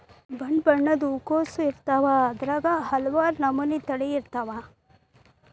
ಬಣ್ಣಬಣ್ಣದ ಹೂಕೋಸು ಇರ್ತಾವ ಅದ್ರಾಗ ಹಲವಾರ ನಮನಿ ತಳಿ ಇರ್ತಾವ